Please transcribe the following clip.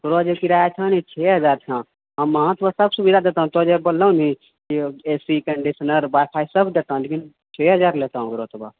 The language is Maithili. ओकरो जे किराआ छौ ने छओ हजार छौ हँ ओतौ सब सुविधा दैतहुँ तों जऽ बोललो अभी A C conditioner wi fi सब दैतहुँ लेकि छओ हजार लैतहुँ ओकर तोरा